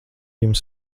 jums